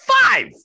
five